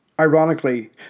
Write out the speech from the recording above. Ironically